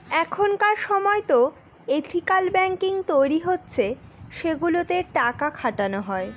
এখনকার সময়তো ethical banking তৈরী হচ্ছে সেগুলোতে টাকা খাটানো হয়